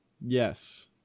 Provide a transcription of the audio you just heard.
Yes